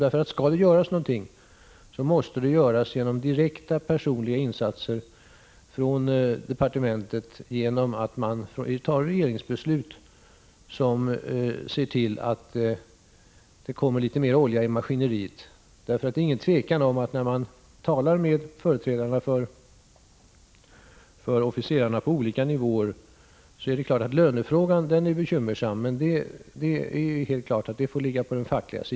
Om något skall göras, måste det ske genom direkta insatser av departementet. Regeringen måste fatta beslut som tillför maskineriet litet mer olja. När man talar med företrädarna för officerare på olika nivåer, framgår att lönefrågan helt klart är bekymmersam, men att denna får överlåtas på facket.